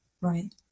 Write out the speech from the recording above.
Right